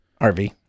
RV